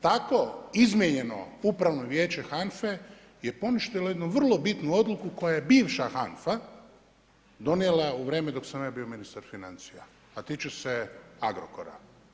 Tako izmijenjeno Upravno vijeće HANFA-e je poništilo jednu vrlo bitnu odluku koju je bivša HANFA donijela u vrijeme dok sam ja bio ministar financija a tiče se Agrokora.